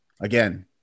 Again